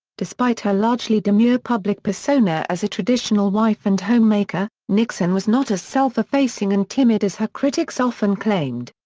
despite her largely demure public persona as a traditional wife and homemaker, nixon was not as self-effacing and timid as her critics often claimed.